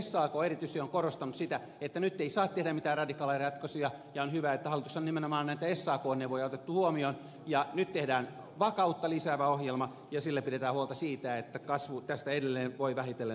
sak erityisesti on korostanut sitä että nyt ei saa tehdä mitään radikaaleja ratkaisuja ja on hyvä että hallituksessa on nimenomaan näitä sakn neuvoja otettu huomioon ja nyt tehdään vakautta lisäävä ohjelma ja sillä pidetään huolta siitä että kasvu tästä edelleen voi vähitellen vauhdittua